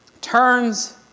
turns